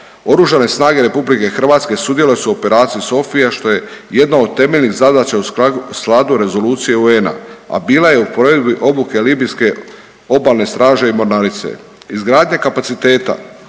Oružane snage RH sudjelovale su u operaciji Sophia što je jedna od temeljnih zadaća u skladu rezolucije UN-a, a bila je u provedbi libijske obalne straže i mornarice. Izgradnja kapaciteta